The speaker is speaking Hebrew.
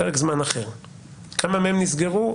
כמה מהם נסגרו,